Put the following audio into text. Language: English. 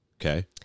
Okay